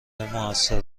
موثر